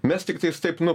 mes tiktais taip nu